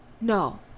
No